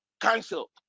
cancel